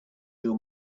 your